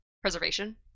preservation